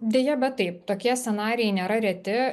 deja bet taip tokie scenarijai nėra reti